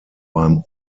beim